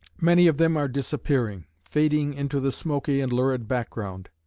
many of them are disappearing fading into the smoky and lurid background.